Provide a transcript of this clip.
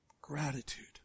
gratitude